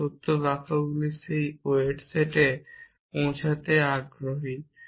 আমরা সত্য বাক্যগুলির সেই অয়েট সেটে পৌঁছাতে আগ্রহী